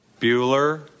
Bueller